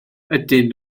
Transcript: ydyn